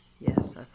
yes